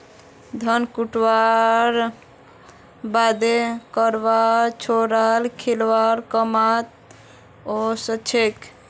धान कुटव्वार बादे करवान घोड़ाक खिलौव्वार कामत ओसछेक